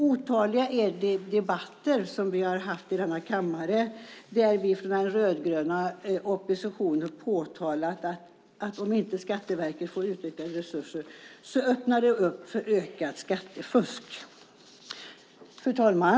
Otaliga är de debatter som vi har haft i denna kammare där vi från den rödgröna oppositionen har påtalat att det, om inte Skatteverket får utökade resurser, öppnar för ökat skattefusk. Fru talman!